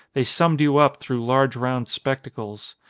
they summed you up through large round spectacles.